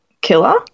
killer